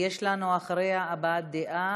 יש לנו אחריה שתי בקשות להבעת דעה.